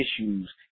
issues